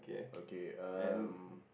okay um